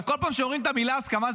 כל פעם שאומרים את המילה הסכמה,